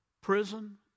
prison